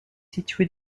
située